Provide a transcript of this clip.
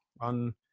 on